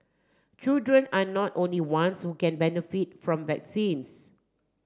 children are not only ones who can benefit from vaccines